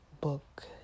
book